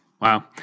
Wow